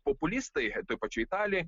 populistai toj pačioj italijoj